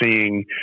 seeing